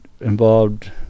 involved